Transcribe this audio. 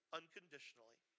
unconditionally